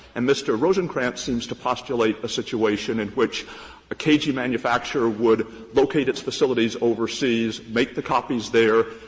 and mr. rosenkranz seems to postulate a situation in which a cagey manufacturer would locate its facilities overseas, make the copies there,